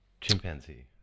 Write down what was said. chimpanzee